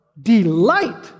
Delight